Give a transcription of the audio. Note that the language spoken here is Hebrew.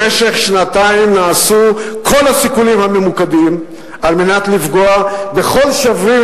במשך שנתיים נעשו כל הסיכולים הממוקדים על מנת לפגוע בכל שבריר